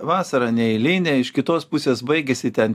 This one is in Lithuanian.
vasara neeilinė iš kitos pusės baigiasi ten